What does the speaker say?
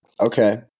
Okay